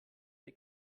der